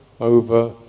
over